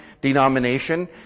denomination